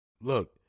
Look